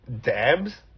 dabs